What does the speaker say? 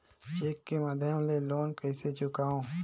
Cheque के माध्यम ले लोन कइसे चुकांव?